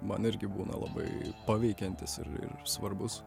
man irgi būna labai paveikiantis ir ir svarbus